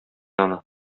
аны